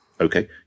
Okay